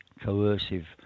coercive